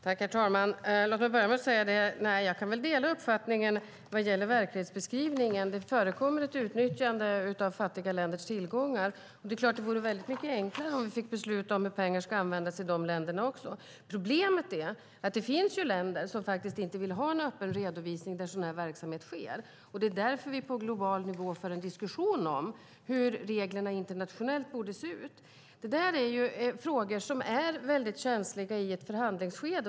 Herr talman! Låt mig börja med att säga att jag kan dela uppfattningen vad gäller verklighetsbeskrivningen. Det förekommer ett utnyttjande av fattiga länders tillgångar. Det är klart att det vore väldigt mycket enklare om vi fick besluta om hur pengar ska användas i de länderna också. Problemet är att det finns länder som inte vill ha en öppen redovisning där sådan här verksamhet sker. Det är därför vi på global nivå för en diskussion om hur reglerna borde se ut internationellt. Det här är frågor som är väldigt känsliga i ett förhandlingsskede.